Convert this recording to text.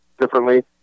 differently